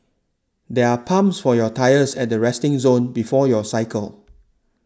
there are pumps for your tyres at the resting zone before your cycle